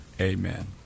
Amen